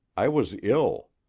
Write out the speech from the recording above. i was ill.